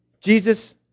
Jesus